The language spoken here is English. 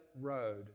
road